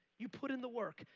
you put in the work.